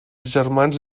germans